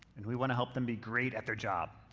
and we wanna help them be great at their job,